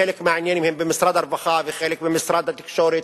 חלק מהעניינים הם במשרד הרווחה וחלק במשרד התקשורת,